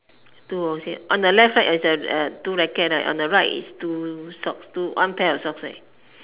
two okay on the left side is a two racket right on the right is two socks two one pair of socks right